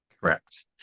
Correct